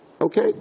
Okay